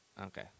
okay